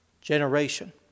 generation